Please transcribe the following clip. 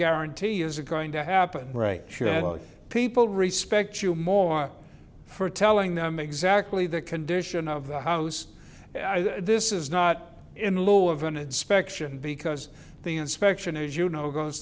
guarantee is it going to happen sure that people respect you more for telling them exactly the condition of the house this is not in lieu of an inspection because the inspection as you know goes